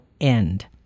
end